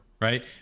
right